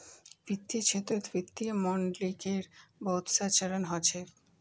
वित्तीय क्षेत्रत वित्तीय मॉडलिंगेर बहुत स चरण ह छेक